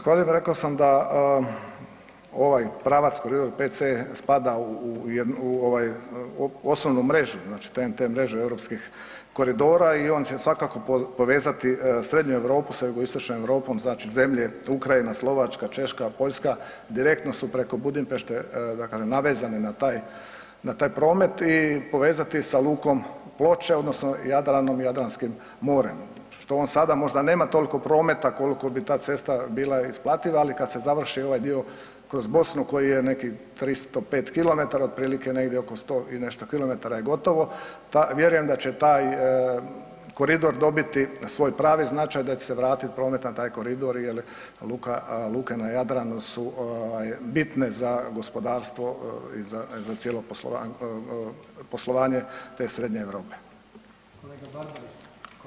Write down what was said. Zahvaljujem rekao sam da ovaj pravac koridor 5C spada u jednu, u ovaj osnovnu mrežu te mreže europskih koridora i on će svakako povezati Srednju Europu sa Jugoistočnom Europom, znači zemlje Ukrajina, Slovačka, Češka, Poljska direktno su preko Budimpešte dakle navezane na taj, na taj promet i povezati sa lukom Ploče odnosno Jadranom i Jadranskim morem, što on sada možda nema toliko prometa koliko bi ta cesta bila isplativa, ali kad se završi ovaj dio kroz Bosnu kojih je nekih 305 km otprilike negdje oko 100 i nešto km je gotovo, vjerujem da će taj koridor dobiti svoj pravi značaj, da će se vratiti promet na taj koridor jer luke na Jadranu su ovaj bitne za gospodarstvo i za cijelo poslovanje te Srednje Europe.